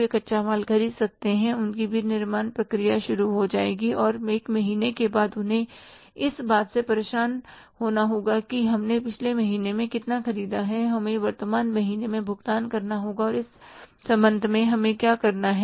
वे कच्चा माल ख़रीद सकते हैं उनकी विनिर्माण प्रक्रिया शुरू हो जाएगी और 1 महीने के बाद उन्हें इस बात से परेशान होना होगा कि हमने पिछले महीने में कितना ख़रीदा है हमें वर्तमान महीने में भुगतान करना होगा और इस संबंध में हमें क्या करना है